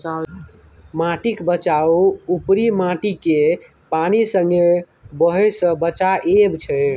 माटिक बचाउ उपरी माटिकेँ पानि संगे बहय सँ बचाएब छै